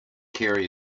carry